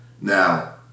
Now